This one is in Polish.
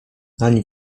ani